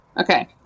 Okay